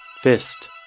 Fist